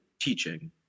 teaching